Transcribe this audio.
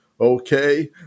Okay